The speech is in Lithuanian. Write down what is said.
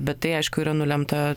bet tai aišku yra nulemta